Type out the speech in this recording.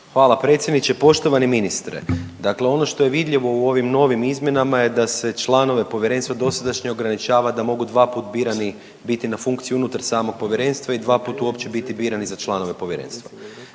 Hvala predsjedniče. Poštovani ministre, dakle ono što je vidljivo u ovim novim izmjenama je da se članove povjerenstva dosadašnje ograničava da mogu dva put birani biti na funkciji unutar samog povjerenstva i dva put uopće biti birani za članove povjerenstva.